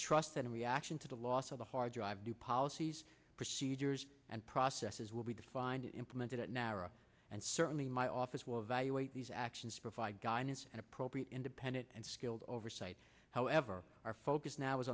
that in reaction to the loss of the hard drive new policies procedures and processes will be defined implemented at nowra and certainly my office will evaluate these actions provide guidance and appropriate independent and skilled oversight however our focus now